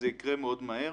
זה יקרה מאוד מהר.